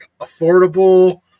affordable